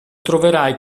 troverai